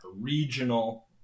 regional